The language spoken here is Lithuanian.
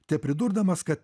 tepridurdamas kad